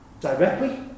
directly